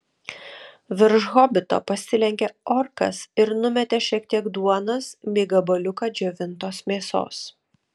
virš hobito pasilenkė orkas ir numetė šiek tiek duonos bei gabaliuką džiovintos mėsos